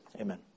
amen